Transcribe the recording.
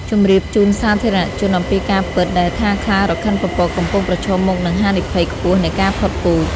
ជម្រាបជូនសាធារណជនអំពីការពិតដែលថាខ្លារខិនពពកកំពុងប្រឈមមុខនឹងហានិភ័យខ្ពស់នៃការផុតពូជ។